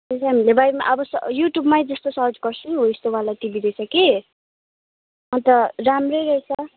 अब युट्युबमा त्यस्तो सर्च गर्छौँ यस्तो वाला टिभी रहेछ कि अन्त राम्रै रहेछ